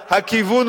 הרי כל הדוחות,